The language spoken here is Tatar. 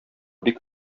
бик